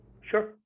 Sure